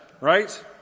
right